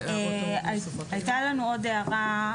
הייתה לנו עוד הערה.